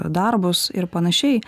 darbus ir panašiai